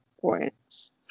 points